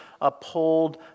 uphold